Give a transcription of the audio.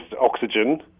oxygen